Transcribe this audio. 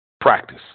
Practice